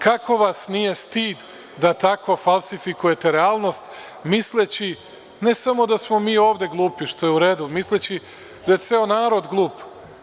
Kako vas nije stid da tako falsifikujete realnost misleći da ne samo da smo mi ovde glupi, što je u redu, misleći da je ceo narod glup.